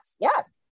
yes